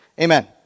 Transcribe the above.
Amen